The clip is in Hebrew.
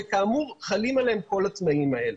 וכאמור חלים עליהם כל התנאים האלה.